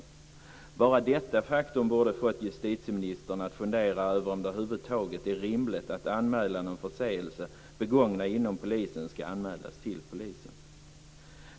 Enbart detta faktum borde fått justitieministern att fundera över om det över huvud taget är rimligt att en förseelse begången inom polisen skall anmälas till polisen.